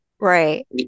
Right